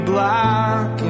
Black